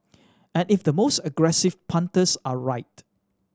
and if the most aggressive punters are right